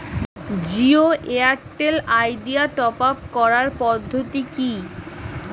Jio Airtel Idea top up করার পদ্ধতি কি?